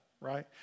right